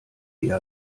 eher